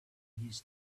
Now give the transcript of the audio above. his